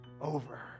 over